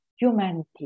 humanity